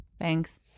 Thanks